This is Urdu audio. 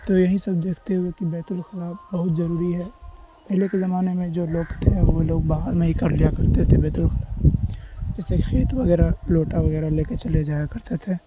تو یہیں سب دیکھتے ہوئے کہ بیت الخلاء بہت ضروری ہے پہلے کے زمانے میں جو لوگ تھے وہ لوگ باہر میں ہی کر لیا کرتے تھے بیت الخلاء جیسے خیت وغیرہ لوٹا وغیرہ لے کے چلے جایا کرتے تھے